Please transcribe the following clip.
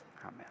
Amen